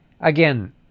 Again